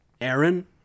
Aaron